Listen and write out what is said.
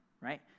right